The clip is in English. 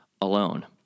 alone